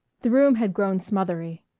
the room had grown smothery.